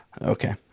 Okay